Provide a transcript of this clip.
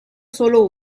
solo